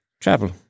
travel